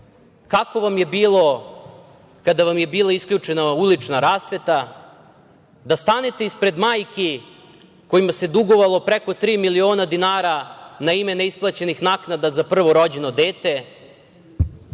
kako vam je bilo kada vam je bila isključena ulična rasveta, da stanete ispred majki kojima se dugovalo preko tri miliona dinara na ime neisplaćenih naknada za prvo rođeno dete.